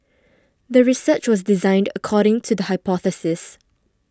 the research was designed according to the hypothesis